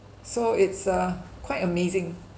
so it's uh quite amazing